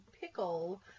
pickle